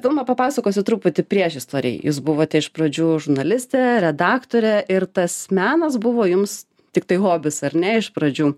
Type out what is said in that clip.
vilma papasakosiu truputį priešistorę jūs buvote iš pradžių žurnalistė redaktorė ir tas menas buvo jums tiktai hobis ar ne iš pradžių